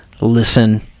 listen